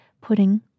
pudding